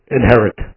inherit